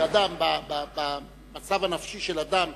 אדם במצב הנפשי של אדם